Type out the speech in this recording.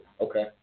Okay